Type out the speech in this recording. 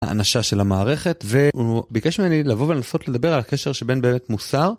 האנשה של המערכת והוא ביקש ממני לבוא ולנסות לדבר על הקשר שבין באמת מוסר.